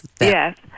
Yes